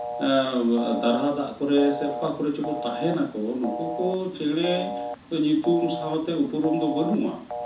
ᱫᱟᱨᱦᱟ ᱫᱟᱜ ᱠᱚᱨᱮᱜ ᱥᱮ ᱚᱠᱟ ᱠᱚᱨᱮ ᱪᱚᱠᱚ ᱛᱟᱦᱮᱱᱟᱠᱚ ᱱᱩᱠᱩ ᱠᱚ ᱪᱮᱬᱮ ᱧᱩᱛᱩᱢ ᱥᱟᱶᱛᱮ ᱩᱯᱨᱩᱢ ᱫᱚ ᱵᱟᱹᱱᱩᱜᱼᱟ